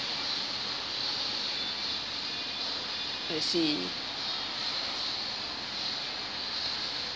I see